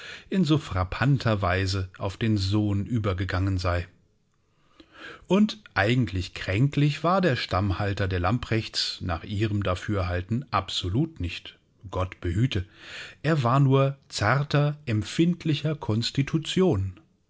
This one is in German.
in so frappanter weise auf den sohn übergegangen sei und eigentlich kränklich war der stammhalter der lamprechts nach ihrem dafürhalten absolut nicht gott behüte er war nur zarter empfindlicher konstitution